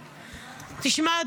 תשמע,